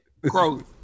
growth